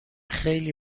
خیلی